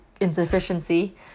insufficiency